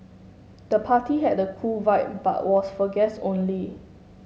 the party had a cool vibe but was for guests only